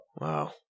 Wow